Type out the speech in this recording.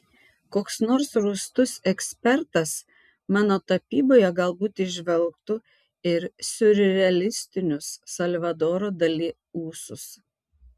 koks nors rūstus ekspertas mano tapyboje galbūt įžvelgtų ir siurrealistinius salvadoro dali ūsus